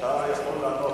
אתה יכול לענות.